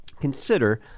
Consider